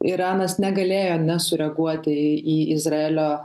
iranas negalėjo nesureaguoti į izraelio